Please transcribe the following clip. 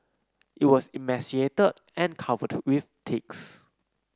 it was emaciated and covered to with ticks